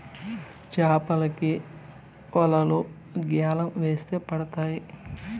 చాపలకి వలలు గ్యాలం వేసి పడతారు